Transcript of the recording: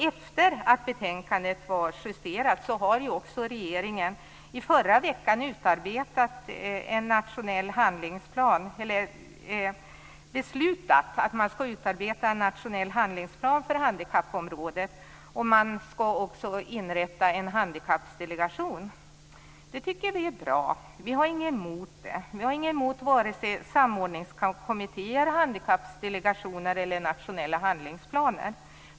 Efter det att betänkandet har justerats beslutade regeringen i förra veckan att man skulle utarbeta en nationell handlingsplan för handikappområdet. Man skall också inrätta en handikappsdelegation. Det är bra. Vi har inget emot vare sig samordningskommittéer, handikappsdelegationer eller nationella handlingsplaner.